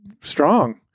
strong